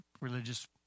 religious